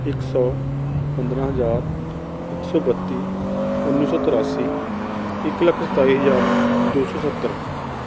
ਇੱਕ ਸੌ ਪੰਦਰਾਂ ਹਜ਼ਾਰ ਇੱਕ ਸੌ ਬੱਤੀ ਉੱਨੀ ਸੌ ਤ੍ਰਿਆਸੀ ਇੱਕ ਲੱਖ ਸਤਾਈ ਹਜ਼ਾਰ ਦੋ ਸੌ ਸੱਤਰ